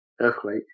Earthquake